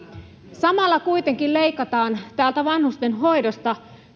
samalla kuitenkin leikataan vanhustenhoidosta